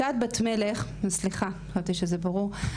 סליחה, חשבתי שזה ברור.